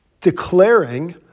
Declaring